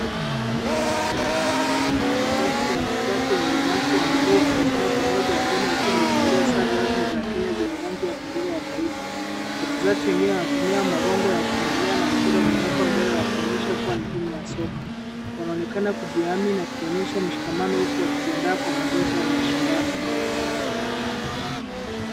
Kikosi cha wachezaji wenye ulemavu wa mguu kimesimama pamoja wengine wakiwa wamevalia sare rasmi za Kenya zenye rangi ya bendera ya taifa. Wachezaji wengine wanatumia magongo ya kutembelea na mpira umewekwa mbele kuonyesha kuwa ni timu ya soka. Wanaonekana kujihami na kuonyesha mshikamano huku wakijiandaa kwa mazoezi au mashindano.